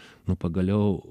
nu pagaliau